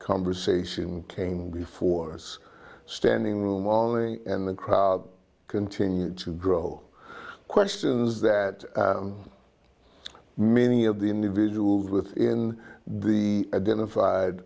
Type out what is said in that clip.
conversation came before us standing room only and the crowd continued to grow questions that many of the individuals within the identified